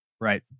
Right